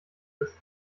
gebüsch